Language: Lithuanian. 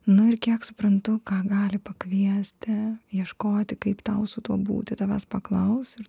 nu ir kiek suprantu ką gali pakviesti ieškoti kaip tau su tuo būti tavęs paklaus ir